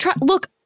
Look